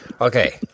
Okay